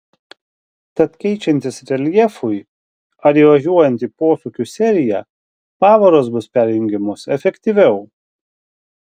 tad keičiantis reljefui ar įvažiuojant į posūkių seriją pavaros bus perjungiamos efektyviau